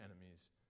enemies